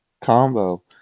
combo